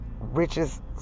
richest